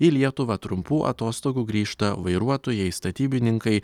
į lietuvą trumpų atostogų grįžta vairuotojai statybininkai